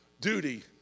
duty